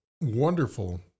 wonderful